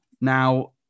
Now